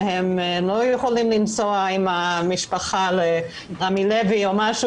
הם לא יכולים לנסוע עם המשפחה לרמי לוי או משהו